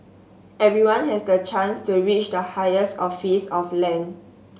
everyone has the chance to reach the higher office of land